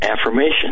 affirmation